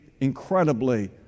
incredibly